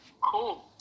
Cool